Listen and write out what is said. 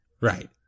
Right